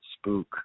Spook